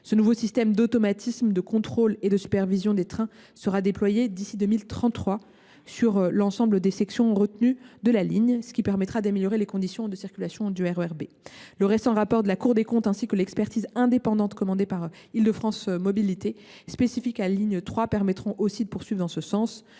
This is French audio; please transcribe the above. Ce nouveau système d’automatisme, de contrôle et de supervision des trains sera déployé d’ici à 2033 sur l’ensemble des sections retenues de la ligne, ce qui permettra d’améliorer les conditions de circulation du RER B. Le récent rapport de la Cour des comptes ainsi que l’expertise indépendante commandée par Île de France Mobilités spécifique à la ligne B permettront de poursuivre en ce sens.